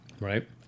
Right